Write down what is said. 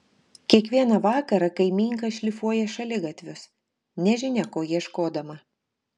kiekvieną vakarą kaimynka šlifuoja šaligatvius nežinia ko ieškodama